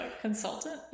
Consultant